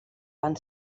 van